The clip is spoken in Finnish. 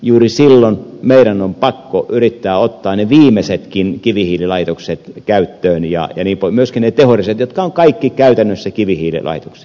juuri silloin meidän on pakko yrittää ottaa ne viimeisetkin kivihiililaitokset käyttöön ja myöskin ne tehoreservit jotka ovat kaikki käytännössä kivihiililaitoksia